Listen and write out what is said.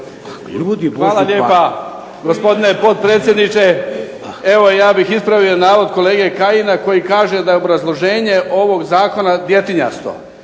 Hvala lijepa gospodine potpredsjedniče. Evo ja bih ispravio navod kolege Kajina koji kaže da je obrazloženje ovog Zakona djetinjasto.